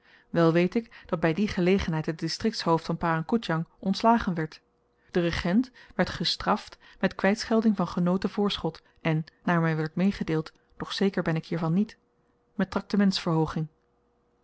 wel weet ik dat by die gelegenheid het distriktshoofd van parang koedjang ontslagen werd de regent werd gestraft met kwytschelding van genoten voorschot en naar my werd meegedeeld doch zeker ben ik hiervan niet met